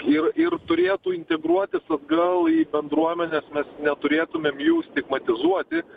ir ir turėtų integruotis atgal į bendruomenes mes neturėtumėm jų stigmatizuoti